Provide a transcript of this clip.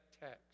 text